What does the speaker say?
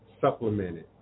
supplemented